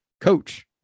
Coach